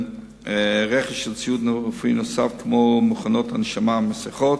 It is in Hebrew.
רכש של ציוד רפואי נוסף כמו מכונות הנשמה ומסכות,